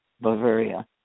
Bavaria